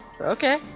Okay